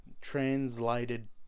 translated